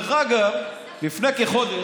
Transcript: לפני כחודש,